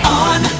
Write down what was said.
on